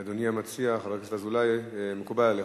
אדוני המציע, חבר הכנסת אזולאי, מקובל עליך?